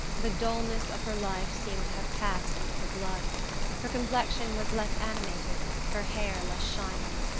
the dulness of her life seemed to have passed into her blood her complexion was less animated, her hair less shining.